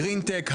גרין טק,